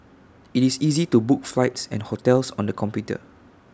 IT is easy to book flights and hotels on the computer